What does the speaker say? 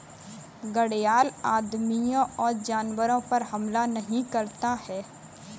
घड़ियाल आदमियों और जानवरों पर हमला नहीं करता है